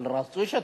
אבל רצוי שתעבוד.